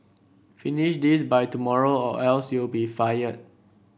finish this by tomorrow or else you'll be fired